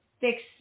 fix